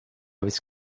was